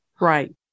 Right